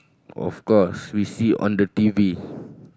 of course we see on the t_v